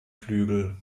flügel